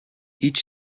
each